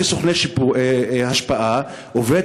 כסוכנות השפעה וב.